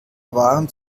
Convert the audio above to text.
waren